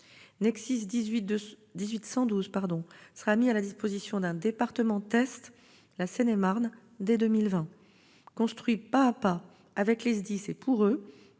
NexSIS 18-112 sera mis à la disposition d'un département test, la Seine-et-Marne, dès 2020. Construit pas à pas avec les SDIS et pour eux,